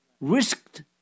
risked